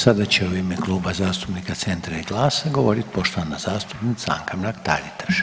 Sada će u ime Kluba zastupnika Centra i GLASA govoriti poštovanja zastupnica Anka Mrak Taritaš.